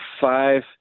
five